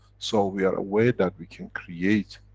so, we are aware that we can create,